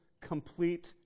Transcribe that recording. complete